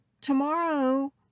tomorrow